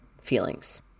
feelings